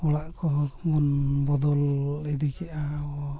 ᱚᱲᱟᱜ ᱠᱚᱦᱚᱸ ᱵᱚᱱ ᱵᱚᱫᱚᱞ ᱤᱫᱤ ᱠᱮᱫᱼᱟ ᱟᱵᱚ